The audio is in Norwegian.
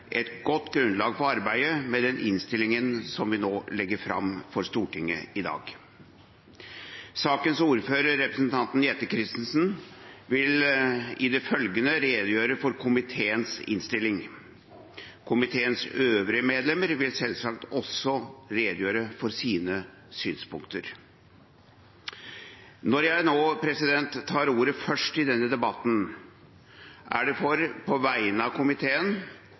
et godt grunnlag for arbeidet med den innstillingen som vi nå legger fram for Stortinget i dag. Sakens ordfører, representanten Jette F. Christensen, vil i det følgende redegjøre for komiteens innstilling. Komiteens øvrige medlemmer vil selvsagt også redegjøre for sine synspunkter. Når jeg nå tar ordet først i denne debatten, er det for på vegne av komiteen